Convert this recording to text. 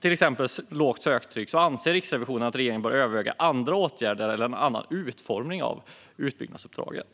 till exempel lågt söktryck, anser Riksrevisionen att regeringen bör överväga andra åtgärder eller en annan utformning av utbyggnadsuppdragen.